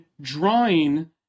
drawing